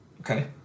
Okay